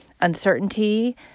uncertainty